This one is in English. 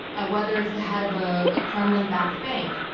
ah whether it's the head of a kremlin-backed bank,